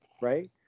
right